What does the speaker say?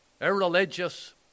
irreligious